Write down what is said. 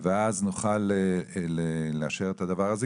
ואז נוכל לאשר את זה.